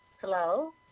Hello